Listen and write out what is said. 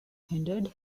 hindered